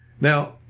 Now